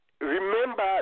Remember